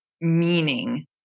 meaning